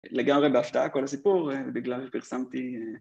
לגמרי בהפתעה כל הסיפור בגלל שפרסמתי...